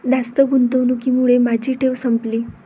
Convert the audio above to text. जास्त गुंतवणुकीमुळे माझी ठेव संपली